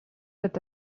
with